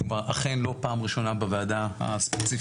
אנחנו אכן לא פעם ראשונה בוועדה הספציפית